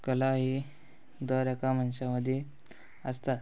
कला ही दर एका मनशां मदीं आसता